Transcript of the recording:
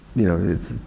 you know, it's,